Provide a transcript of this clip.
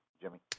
Jimmy